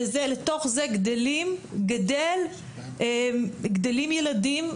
לתוך זה גדלים ילדים,